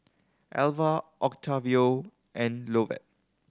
Elva Octavio and Lovett